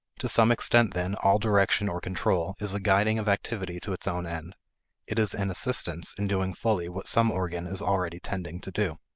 to some extent, then, all direction or control is a guiding of activity to its own end it is an assistance in doing fully what some organ is already tending to do.